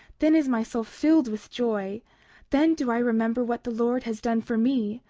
then is my soul filled with joy then do i remember what the lord has done for me,